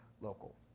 local